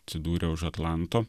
atsidūrė už atlanto